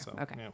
okay